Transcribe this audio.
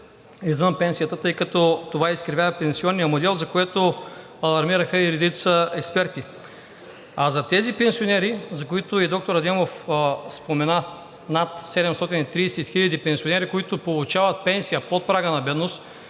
извън пенсията, тъй като това изкривява пенсионния модел, за което алармираха и редица експерти. А за тези пенсионери, за които и доктор Адемов спомена – над 730 хиляди пенсионери, които получават пенсия под прага на бедност